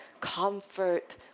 comfort